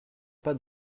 pas